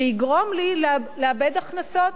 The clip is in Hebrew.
שיגרום לי לאבד הכנסות,